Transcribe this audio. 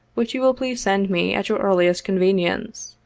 which you will please send me at your earliest convenience.